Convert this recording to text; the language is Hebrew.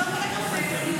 לא נתקבלה.